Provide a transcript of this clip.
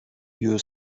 you